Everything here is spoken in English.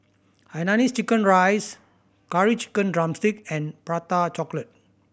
hainanese chicken rice Curry Chicken drumstick and Prata Chocolate